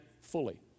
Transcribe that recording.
fully